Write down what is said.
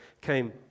came